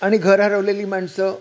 आणि घर हरवलेली माणसं